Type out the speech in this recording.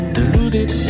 Deluded